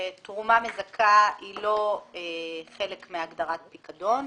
שתרומה מזכה היא לא חלק מהגדרת פיקדון.